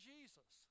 Jesus